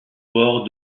bord